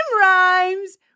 rhymes